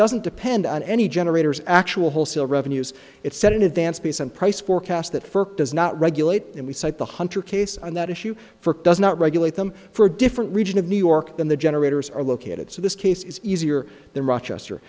doesn't depend on any generators actual wholesale revenues it's set in advance peace and price forecast that first does not regulate and we cite the hunter case and that issue for does not regulate them for a different region of new york than the generators are located so this case is easier than rochester